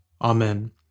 Amen